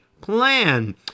Plan